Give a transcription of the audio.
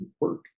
work